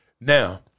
Now